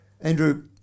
Andrew